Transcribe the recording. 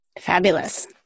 Fabulous